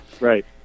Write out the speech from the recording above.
Right